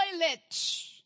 toilet